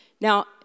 Now